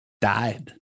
died